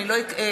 שלא אטעה,